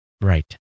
Right